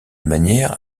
manière